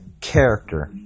character